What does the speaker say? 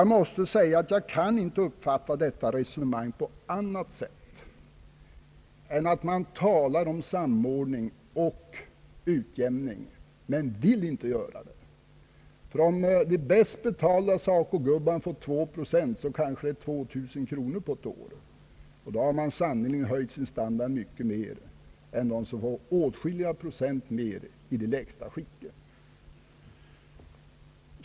Jag kan inte uppfatta detta resonemang på annat sätt än att man talar om samordning och utjämning men vill inte genomföra något sådant. Om de bäst betalade SACO-gubbarna får 2 procent, blir det kanske 2 000 kronor på ett år. Då har de sannerligen höjt sin standard mycket mer än de som får åtskilliga procent mer i de lägsta skikten.